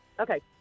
Okay